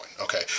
Okay